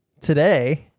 today